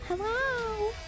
hello